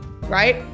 right